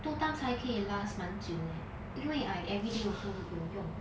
two times 还可以 last 蛮久 leh 因为 I everyday also 有用